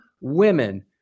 women